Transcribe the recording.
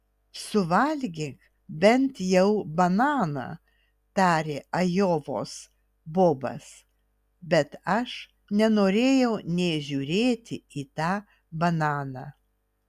suvalgyk bent jau bananą tarė ajovos bobas bet aš nenorėjau nė žiūrėti į tą bananą